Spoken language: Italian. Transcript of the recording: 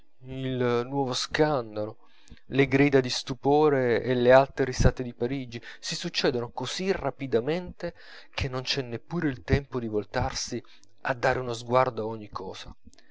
il nuovo scandalo le grida di stupore e le alte risate di parigi si succedono così rapidamente che non c'è neppur il tempo di voltarsi a dare uno sguardo a ogni cosa